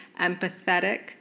empathetic